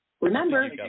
Remember